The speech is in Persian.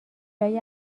لای